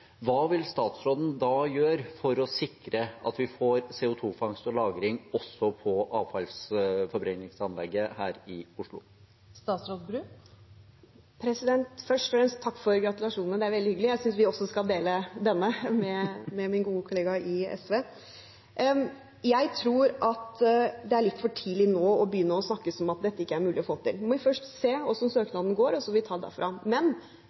Hva vil statsråden da gjøre for å sikre at vi får CO 2 -fangst og -lagring også på avfallsforbrenningsanlegget her i Oslo? Først og fremst takk for gratulasjonen – det er veldig hyggelig. Jeg synes vi også skal dele denne med min gode kollega i SV. Jeg tror at det er litt for tidlig nå å begynne å snakke som om dette ikke er mulig å få til. Nå må vi først se hvordan søknaden går, og så får vi